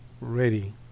ready